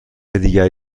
دیگری